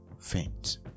faint